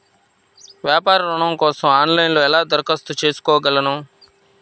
వ్యాపార ఋణం కోసం ఆన్లైన్లో ఎలా దరఖాస్తు చేసుకోగలను?